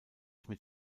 mit